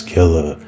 Killer